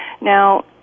Now